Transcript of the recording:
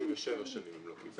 67 שנים לא קיבלו.